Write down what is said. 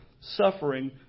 suffering